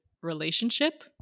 relationship